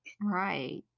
Right